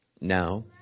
Now